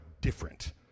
different